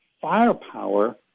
firepower